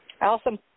Awesome